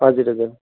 हजुर हजुर